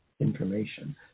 information